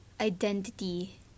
identity